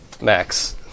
Max